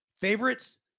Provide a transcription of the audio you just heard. favorites